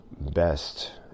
best